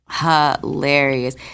hilarious